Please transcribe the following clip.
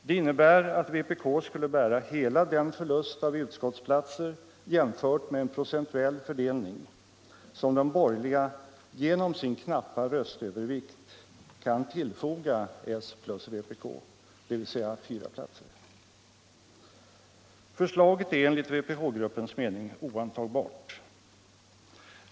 Det innebär att vpk skulle bära hela den förlust av utskottsplatser jämfört med en procentuell fördelning som de borgerliga genom sin knuppå röstövervikt kan tillfoga s + vpk, dvs. 4 platser. Förslaget är enligt vpkgruppens mening oantagbart.